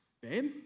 Babe